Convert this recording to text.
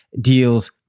deals